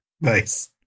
nice